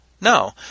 No